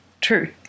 True